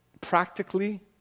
practically